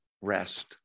rest